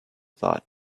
thought